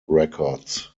records